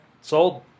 Sold